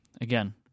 again